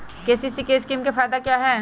KCC scheme का फायदा क्या है?